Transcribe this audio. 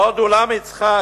בעוד אולם יצחק,